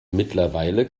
mittlerweile